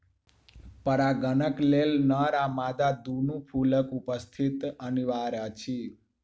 परागणक लेल नर आ मादा दूनू फूलक उपस्थिति अनिवार्य अछि